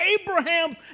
Abraham's